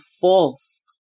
false